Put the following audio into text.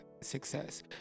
success